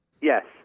Yes